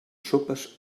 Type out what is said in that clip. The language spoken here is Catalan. sopes